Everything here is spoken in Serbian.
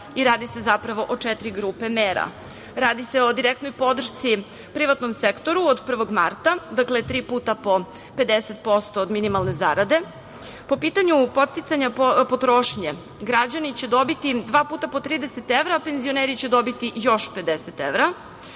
i radi se, zapravo, o četiri grupe mera. Radi se o direktnoj podršci privatnom sektoru od 1. marta, dakle, tri puta po 50% od minimalne zarade. Po pitanju podsticanja potrošnje, građani će dobiti dva puta po 30 evra, a penzioneri će dobiti još 50 evra.